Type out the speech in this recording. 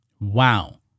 Wow